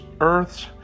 earth's